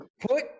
put